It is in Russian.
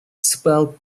спал